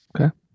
Okay